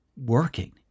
working